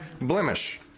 blemish